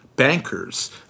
Bankers